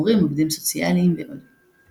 מורים, עובדים סוציאליים, ועוד.